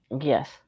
yes